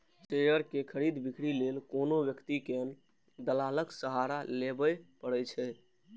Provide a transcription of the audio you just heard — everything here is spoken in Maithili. शेयर के खरीद, बिक्री लेल कोनो व्यक्ति कें दलालक सहारा लेबैए पड़ै छै